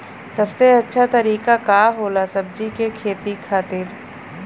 सबसे अच्छा तरीका का होला सब्जी के खेती खातिर?